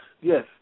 Yes